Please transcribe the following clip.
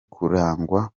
kurangwa